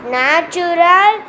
natural